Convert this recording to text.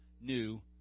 new